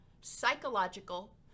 psychological